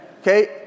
okay